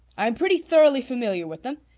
i am pretty thoroughly familiar with them,